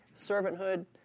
servanthood